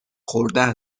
خورده